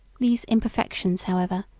these imperfections, however,